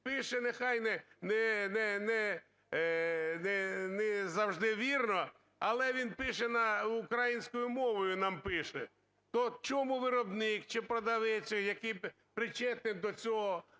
пише, нехай не завжди вірно, але він пише на…українською мовою нам пише. То чому виробник чи продавець, який причетний до цього,